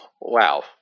Wow